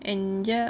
and yup